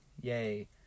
Yay